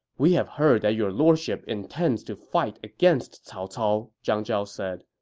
we have heard that your lordship intends to fight against cao cao, zhang zhao said.